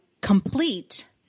complete